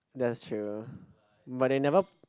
that's true but they never